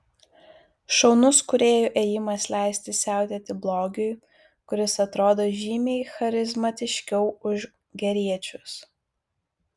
šaunus kūrėjų ėjimas leisti siautėti blogiui kuris atrodo žymiai charizmatiškiau už geriečius